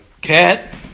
cat